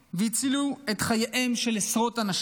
והצילו את חייהם של עשרות אנשים.